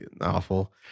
awful